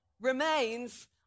remains